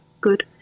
good